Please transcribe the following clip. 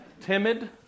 Timid